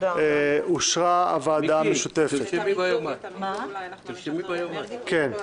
מיקי חיימוביץ' (יו"ר ועדת הפנים והגנת הסביבה): זה נכון,